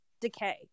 decay